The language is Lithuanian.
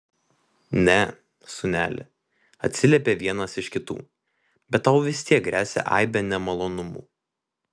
ne sūneli atsiliepė vienas iš kitų bet tau vis tiek gresia aibė nemalonumų